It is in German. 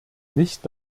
nicht